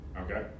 Okay